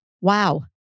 Wow